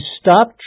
stop